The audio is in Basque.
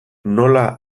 nola